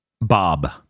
Bob